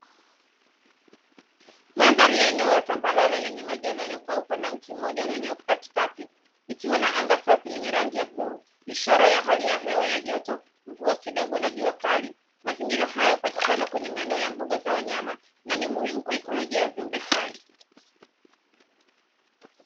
Mandhari ya eneo la tambarare lenye majani yaliyokauka na mti mmoja ulionyooka katikati ikiwa na anga safi lenye rangi ya bluu ishara ya hali ya hewa ya joto, mvua kidogo na jua kali. Mazingira haya hupatikana kwenye maeneo ya mbuga za wanyama na ni muhimu kwa ikolojia ya viumbe hai.